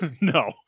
No